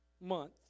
month